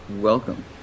welcome